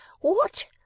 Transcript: what